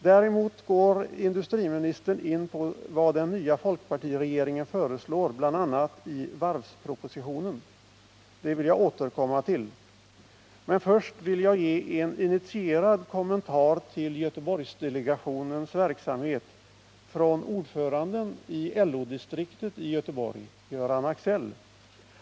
Däremot går industriministern in på vad den nya folkpartiregeringen föreslår bl.a. i varvspropositionen. Det vill jag återkomma till. Men först vill jag ge en initierad kommentar till Göteborgsdelegationens verksamhet från ordföranden i LO-distriktet i Göteborg, Göran Axell.